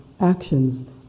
actions